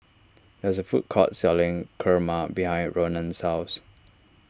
there is a food court selling Kurma behind Ronan's house